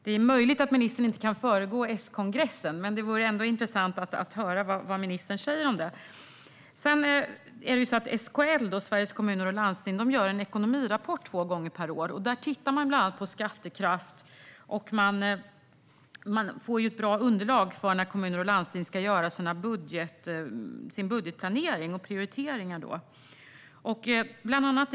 Det är möjligt att ministern inte kan föregå Skongressen, men det vore ändå intressant att höra vad han säger om detta. SKL, Sveriges Kommuner och Landsting, gör en ekonomirapport två gånger per år. Där tittar man bland annat på skattekraft och får då ett bra underlag när kommuner och landsting ska göra sin budgetplanering och sina prioriteringar.